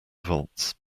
volts